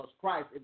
Christ